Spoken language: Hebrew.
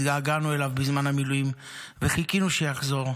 התגעגענו אליו בזמן המילואים וחיכינו שיחזור.